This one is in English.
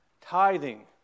tithing